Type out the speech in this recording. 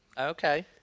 Okay